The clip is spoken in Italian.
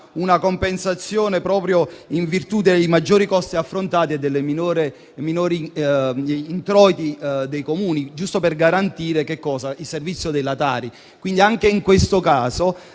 una compensazione, proprio in virtù dei maggiori costi affrontati e dei minori introiti dei Comuni, giusto per garantire il servizio della Tari. Quindi, per altri